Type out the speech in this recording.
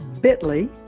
bit.ly